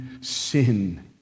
sin